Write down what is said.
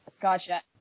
Gotcha